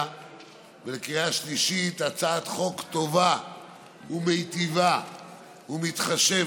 ולקריאה שלישית הצעת חוק טובה ומיטיבה ומתחשבת,